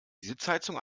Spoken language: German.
sitzheizung